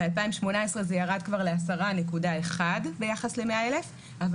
ב-2018 זה ירד כבר ל-10.1 ביחס ל-100,000 אבל